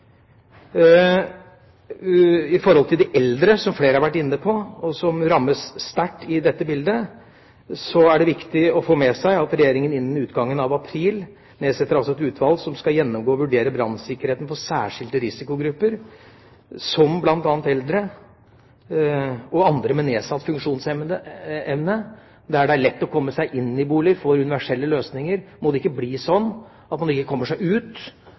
I forhold til de eldre, som rammes sterkt i dette bilde, som flere har vært inne på, er det viktig å få med seg at Regjeringa innen utgangen av april nedsetter et utvalg som skal gjennomgå og vurdere brannsikkerheten for særskilte risikogrupper, som bl.a. eldre og andre med nedsatt funksjonsevne. Der det er lett å komme seg inn, i boliger med universelle løsninger, må det ikke bli slik at en ikke kommer seg ut